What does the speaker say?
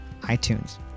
iTunes